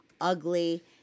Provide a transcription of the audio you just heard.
ugly